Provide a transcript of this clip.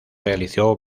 realizó